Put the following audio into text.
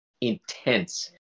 intense